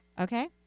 Okay